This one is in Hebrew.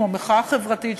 כמו מחאה חברתית,